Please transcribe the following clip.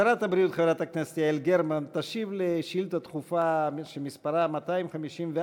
שרת הבריאות חברת הכנסת יעל גרמן תשיב על שאילתה דחופה שמספרה 254